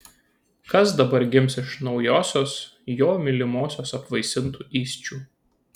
kas dabar gims iš naujosios jo mylimosios apvaisintų įsčių